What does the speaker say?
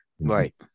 Right